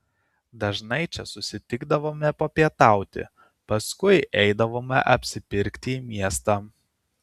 dažnai čia susitikdavome papietauti paskui eidavome apsipirkti į miestą